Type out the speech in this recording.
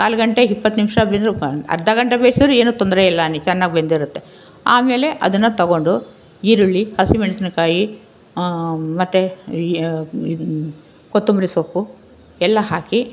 ಕಾಲು ಗಂಟೆ ಇಪ್ಪತ್ತು ನಿಮಿಷ ಬೆಂದರೂ ಅರ್ಧ ಗಂಟೆ ಬೇಯಿಸಿದ್ರು ಏನು ತೊಂದರೆಯಿಲ್ಲ ಅನ್ನಿ ಚೆನ್ನಾಗಿ ಬೆಂದಿರುತ್ತೆ ಆಮೇಲೆ ಅದನ್ನು ತಗೊಂಡು ಈರುಳ್ಳಿ ಹಸಿಮೆಣಸಿನಕಾಯಿ ಮತ್ತೆ ಈ ಈ ಕೊತ್ತಂಬರಿ ಸೊಪ್ಪು ಎಲ್ಲ ಹಾಕಿ